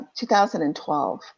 2012